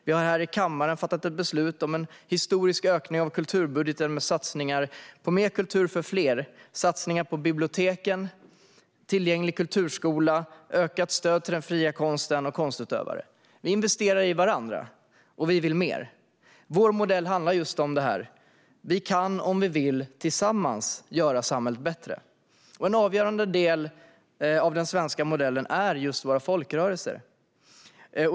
Vi har här i kammaren fattat ett beslut om en historisk ökning av kulturbudgeten med satsningar på mer kultur för fler: satsningar på biblioteken, mer tillgänglig kulturskola samt ökat stöd till den fria konsten och konstutövare. Vi investerar i varandra, och vi vill mer. Vår modell handlar just om detta: Vi kan om vi vill, tillsammans, göra samhället bättre. En avgörande del i den svenska modellen är just folkrörelserna.